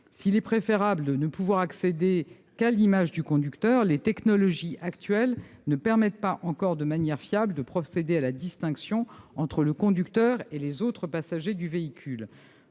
S'il est préférable de ne pouvoir accéder qu'à l'image du conducteur, les technologies actuelles ne permettent pas encore de manière fiable de procéder à la distinction entre le conducteur et les autres passagers du véhicule.